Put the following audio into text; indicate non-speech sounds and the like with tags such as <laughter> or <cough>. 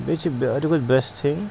بیٚیہِ چھِ <unintelligible> کھۄتہٕ بٮ۪سٹ تھِنٛگ